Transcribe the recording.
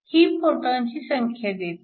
ही फोटॉनची संख्या देते